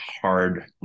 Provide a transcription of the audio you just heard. hard